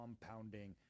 compounding